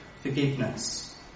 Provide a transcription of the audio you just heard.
forgiveness